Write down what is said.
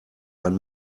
ein